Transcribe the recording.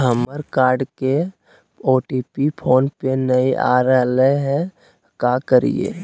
हमर कार्ड के OTP phone पे नई आ रहलई हई, का करयई?